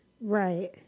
Right